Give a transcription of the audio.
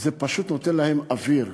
זה פשוט נותן להם אוויר,